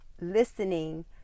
Listening